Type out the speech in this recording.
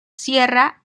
sierra